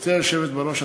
גברתי היושבת בראש,